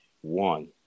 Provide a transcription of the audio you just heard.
one